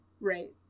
Right